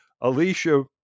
alicia